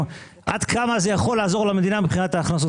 עד כמה זה יכול לעזור למדינה מבחינת ההכנסות.